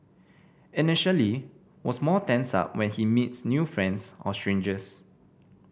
initially was more tensed up when he meets new friends or strangers